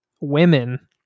women